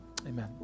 Amen